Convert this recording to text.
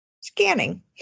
scanning